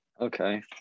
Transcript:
Okay